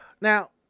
Now